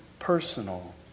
personal